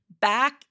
back